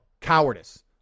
cowardice